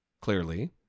clearly